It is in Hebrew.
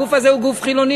הגוף הזה הוא גוף חילוני,